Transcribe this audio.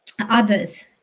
others